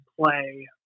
play